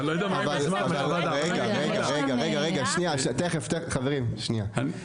רגע רגע, שניה, תכף חברים, שניה.